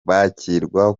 bakirwa